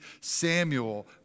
Samuel